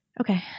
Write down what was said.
Okay